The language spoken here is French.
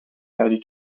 perdu